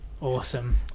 awesome